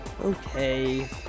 okay